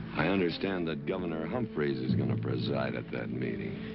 i understand that governor humphreys is going to preside at that meeting.